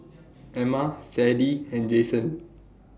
Emma Sadie and Jason